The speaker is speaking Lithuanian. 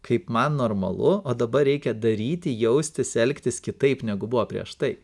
kaip man normalu o dabar reikia daryti jaustis elgtis kitaip negu buvo prieš tai